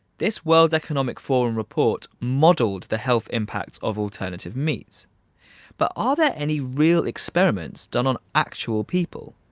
this world economic forum report modeled the health impacts of alternative meats but are there any real experiments done on actual people?